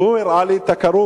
והוא הראה לי את הכרוז.